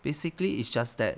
basically it's just that